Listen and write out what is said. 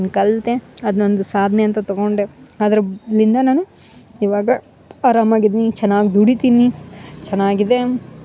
ಅದನ್ನ ಕಲ್ತೆ ಅದ್ನೊಂದು ಸಾಧ್ನೆ ಅಂತ ತಗೊಂಡೆ ಅದ್ರ್ಲಿಂದ ನಾನು ಈವಾಗ ಅರಾಮಾಗಿದ್ನಿ ಚೆನ್ನಾಗಿ ದುಡಿತಿನಿ ಚೆನ್ನಾಗಿದೆ